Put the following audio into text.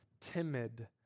timid